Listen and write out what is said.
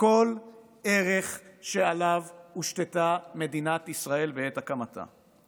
כל ערך שעליו הושתתה מדינת ישראל בעת הקמתה.